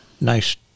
nice